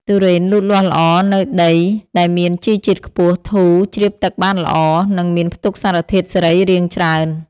ទុរេនលូតលាស់ល្អនៅដីដែលមានជីជាតិខ្ពស់ ធូរ ជ្រាបទឹកបានល្អ និងមានផ្ទុកសារធាតុសរីរាង្គច្រើន។